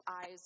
eyes